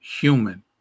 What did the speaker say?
human